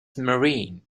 marine